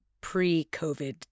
pre-COVID